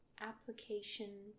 application